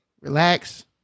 relax